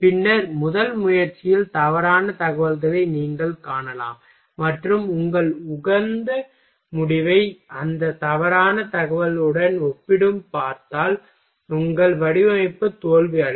பின்னர் முதல் முயற்சியில் தவறான தகவலை நீங்கள் காணலாம் மற்றும் உங்கள் உகந்த முடிவை அந்த தவறான தகவலுடன் ஒப்பிட்டுப் பார்த்தால் உங்கள் வடிவமைப்பு தோல்வியடையும்